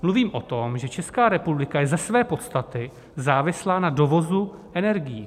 Mluvím o tom, že Česká republika je ze své podstaty závislá na dovozu energií.